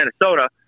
Minnesota